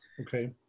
Okay